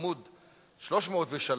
בעמוד 303,